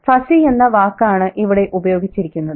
'fuzzy' എന്ന വാക്കാണ് ഇവിടെ ഉപയോഗിച്ചിരിക്കുന്നത്